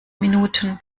minuten